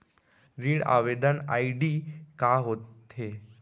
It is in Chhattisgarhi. ऋण आवेदन आई.डी का होत हे?